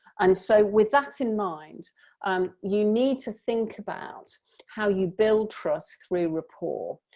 and so with that in mind um you need to think about how you build trust through rapport,